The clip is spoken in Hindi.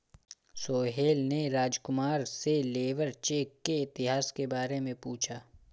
सोहेल ने राजकुमार से लेबर चेक के इतिहास के बारे में पूछा